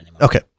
okay